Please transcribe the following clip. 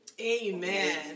Amen